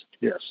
yes